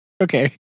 Okay